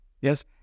yes